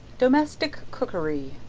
domestic cookery,